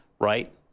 right